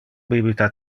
bibita